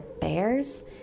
bear's